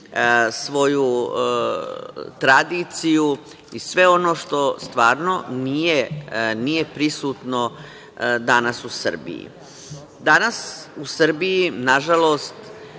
svoju tradiciju i sve ono što stvarno nije prisutno danas u Srbiji. Danas u Srbiji, nažalost,